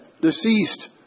deceased